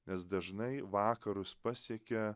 nes dažnai vakarus pasiekė